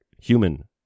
human